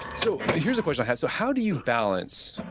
so here's a question i had. so how do you balance?